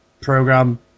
program